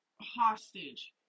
hostage